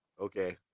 Okay